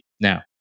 Now